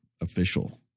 official